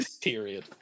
Period